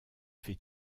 fait